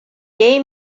gay